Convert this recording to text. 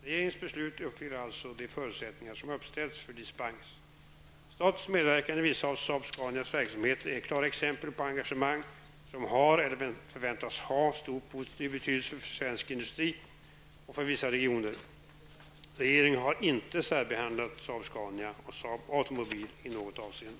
Regeringens beslut uppfyller alltså de förutsättningar som uppställts för dispens. Statens medverkan i vissa av Saab-Scanias verksamheter är klara exempel på engagemang som har eller förväntas ha stor positiv betydelse för svensk industri och för vissa regioner. Regeringen har inte särbehandlat Saab-Scania och Saab Automobile i något avseende.